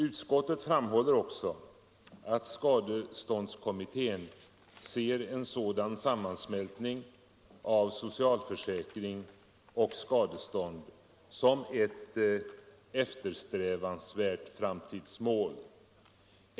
Utskottet framhåller också att skadeståndskommittén ser en sådan sammansmältning av socialförsäkring och skadestånd som ett eftersträvansvärt framtidsmål.